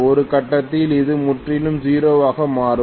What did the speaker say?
ஒரு கட்டத்தில் அது முற்றிலும் 0 ஆக மாறும்